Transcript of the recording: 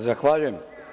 Zahvaljujem.